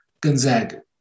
Gonzaga